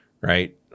right